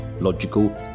logical